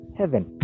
heaven